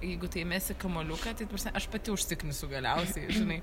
jeigu tu jai mesi kamuoliuką tai prasme aš pati užsiknisu galiausiai žinai